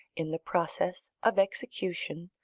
in the process of execution,